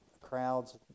crowds